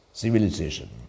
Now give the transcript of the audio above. civilization